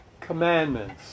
commandments